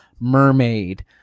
mermaid